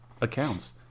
accounts